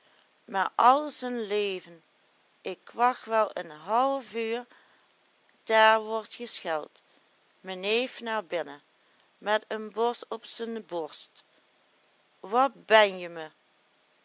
maar al zen leven ik wacht wel een hallefuur daar wordt gescheld me neef na binnen met n bos op zen borst wat ben je me